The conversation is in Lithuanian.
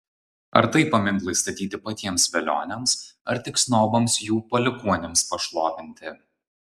ar tai paminklai statyti patiems velioniams ar tik snobams jų palikuonims pašlovinti